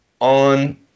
on